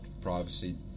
privacy